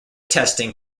testing